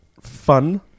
fun